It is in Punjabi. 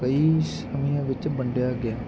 ਕਈ ਸਮਿਆਂ ਵਿੱਚ ਵੰਡਿਆ ਗਿਆ